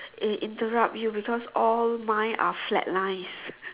in~ interrupt you because all mine are flat lines